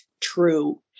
true